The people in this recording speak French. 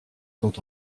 sont